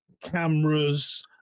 cameras